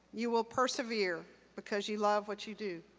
you will persevere because you love what you do